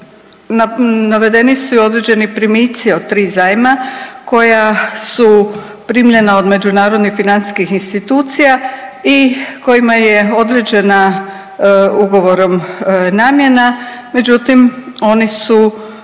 navedeni su i određeni primici od tri zajma koja su primljena od Međunarodnih financijskih institucija i kojima je određena ugovorom namjena. Međutim, oni su